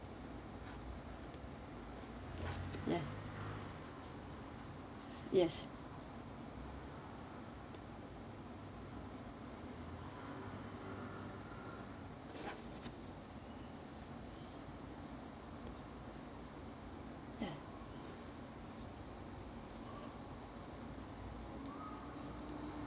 yes yes